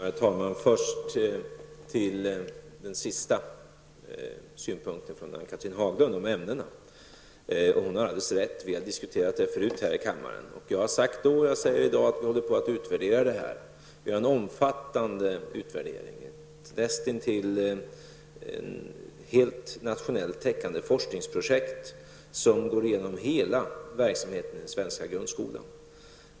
Herr talman! Jag vill först ta upp Ann-Cathrine Haglunds sista synpunkter om ämnena. Hon har alldeles rätt i att vi har diskuterat detta förut här i kammaren. Jag har då sagt, och jag säger även nu, att vi håller på att utvärdera detta. Vi gör en omfattande utvärdering. Det är ett näst intill helt nationellt täckande forskningsprojekt som går igenom hela verksamheten i den svenska grundskolan.